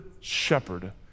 shepherd